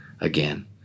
again